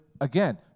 again